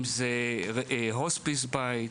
הוספיס בית,